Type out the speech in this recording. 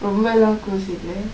ரொம்பலா:rombalaa close இல்லை:illai